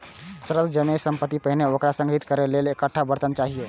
शहद जमै सं पहिने ओकरा संग्रहीत करै लेल एकटा बर्तन चाही